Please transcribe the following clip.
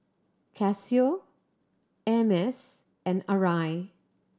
Casio Hermes and Arai